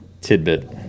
tidbit